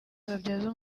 babyaza